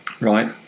Right